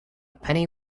penny